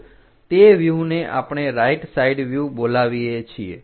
તો તે વ્યુહને આપણે રાઇટ સાઈડ વ્યુહ બોલાવીએ છીએ